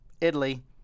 Italy